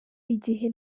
igihe